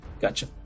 Gotcha